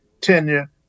tenure